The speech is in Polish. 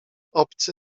obcy